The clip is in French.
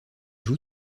joue